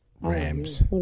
Rams